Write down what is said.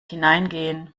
hineingehen